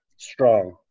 strong